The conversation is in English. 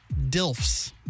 DILFs